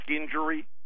injury